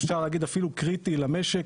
אפשר להגיד אפילו קריטי למשק.